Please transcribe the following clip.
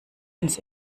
ins